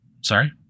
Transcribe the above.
sorry